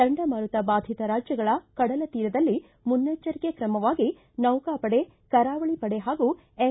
ಚಂಡಮಾರುತ ಬಾಧಿತ ರಾಜ್ಜಗಳ ಕಡಲ ತೀರದಲ್ಲಿ ಮುನ್ನೆಚ್ವರಿಕೆ ಕ್ರಮವಾಗಿ ನೌಕಾಪಡೆ ಕರಾವಳಿ ಪಡೆ ಹಾಗೂ ಎನ್